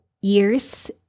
years